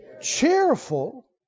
cheerful